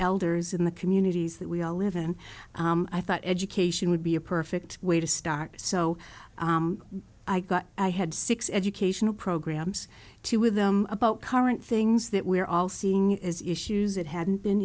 elders in the communities that we all live in and i thought education would be a perfect way to start so i got i had six educational programs two with them about current things that we're all seeing as issues that hadn't been